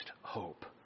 hope